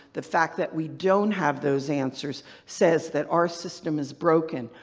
the fact that we don't have those answers says that our system is broken.